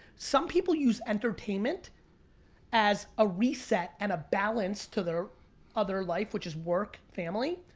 some people use entertainment as a reset and a balance to their other life which is work, family.